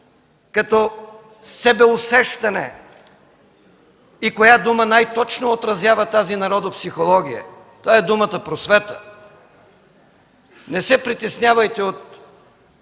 като себеусещане и коя дума най-точно отразява тази народопсихология. Това е думата „просвета”. Не се притеснявайте от